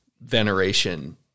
veneration